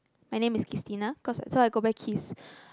my name is Qistina cause so I go by Qis